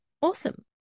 Awesome